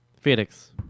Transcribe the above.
Phoenix